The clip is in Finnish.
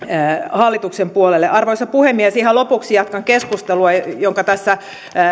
hallituksen puolelle arvoisa puhemies ihan lopuksi jatkan keskustelua jonka tässä